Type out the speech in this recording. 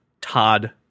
Todd